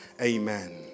Amen